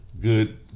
good